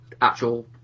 actual